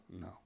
no